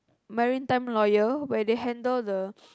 marine time lawyer where they handle the